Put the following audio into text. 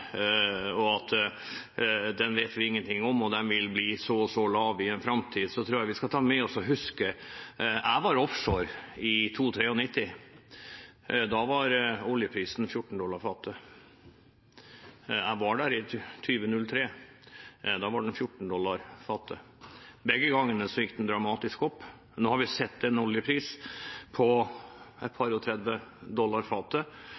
olje, at den vet vi ingen ting om, at den vil bli så og så lav i en framtid, så tror jeg vi skal ta med oss å huske tilbake. Jeg var offshore i 1992–1993, da var oljeprisen 14 dollar fatet. Jeg var der også i 2003, da var den 14 dollar fatet. Begge gangene gikk den dramatisk opp. Vi har sett en oljepris på 32 dollar